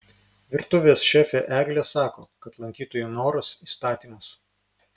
virtuvės šefė eglė sako kad lankytojų noras įstatymas